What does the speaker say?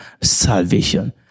salvation